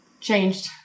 changed